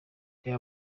reba